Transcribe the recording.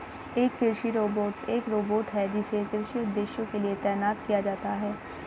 एक कृषि रोबोट एक रोबोट है जिसे कृषि उद्देश्यों के लिए तैनात किया जाता है